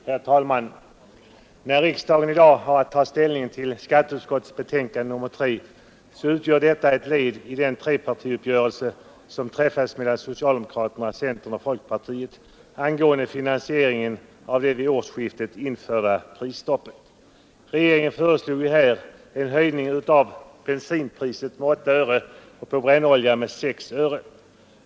Herr talman! När riksdagen i dag har att ta ställning till skatteutskottets betänkande nr 3, utgör detta ett led i den trepartiuppgörelse som träffades mellan socialdemokraterna, centern och folkpartiet angående finansiering av det vid årsskiftet införda prisstoppet. Regeringen föreslog ju här en höjning av priset på bensin med 8 öre och på brännolja med 6 öre.